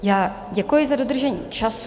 Tak děkuji za dodržení času.